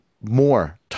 More